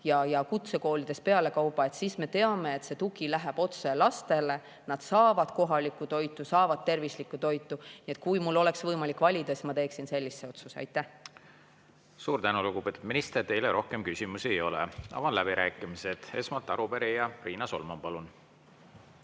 ja kutsekoolides pealekauba. Siis me teame, et see tugi läheb otse lastele, nad saavad kohalikku toitu, saavad tervislikku toitu. Nii et kui mul oleks võimalik valida, siis ma teeksin sellise otsuse. Suur tänu, lugupeetud minister! Teile rohkem küsimusi ei ole. Avan läbirääkimised. Esmalt arupärija Riina Solman, palun!